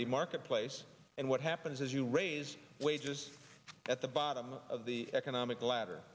the marketplace and what happens is you raise wages at the bottom of the economic ladder